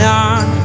on